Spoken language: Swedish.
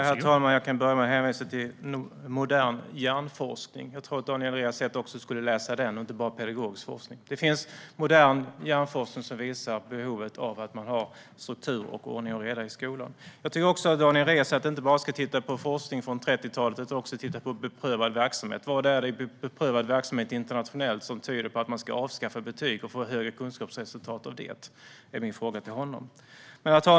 Herr talman! Jag kan börja med att hänvisa till modern hjärnforskning. Jag tycker att Daniel Riazat ska läsa också den och inte bara pedagogisk forskning. Det finns modern hjärnforskning som visar på behovet av struktur och ordning och reda i skolan. Jag tycker också att Daniel Riazat inte bara ska titta på forskning från 30-talet utan också på beprövad verksamhet. Vad är det i internationellt beprövad verksamhet som tyder på att man ska avskaffa betyg och få högre kunskapsresultat av det? Det är min fråga till honom. Herr talman!